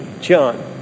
John